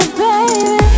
baby